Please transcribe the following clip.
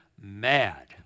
mad